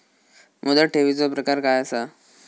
मुदत ठेवीचो प्रकार काय असा?